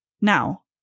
Now